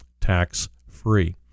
tax-free